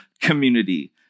community